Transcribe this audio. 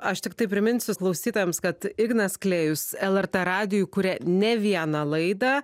aš tiktai priminsiu klausytojams kad ignas klėjus lrt radijui kuria ne vieną laidą